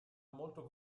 molto